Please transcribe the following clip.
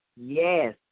Yes